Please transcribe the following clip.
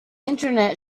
internet